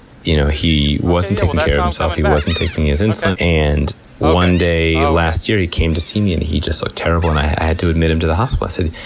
you know he wasn't taking care of himself, he wasn't taking his insulin, and one day last year he came to see me and he just looked so terrible. and i had to admit him to the hospital. i said,